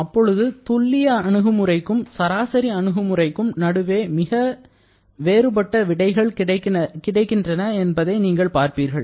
அப்பொழுது துல்லிய அணுகுமுறைக்கும் சராசரி அணுகுமுறைக்கும் நடுவே மிக வேறுபட்ட விடைகள் கிடைக்கின்றன என்பதை பார்ப்பீர்கள்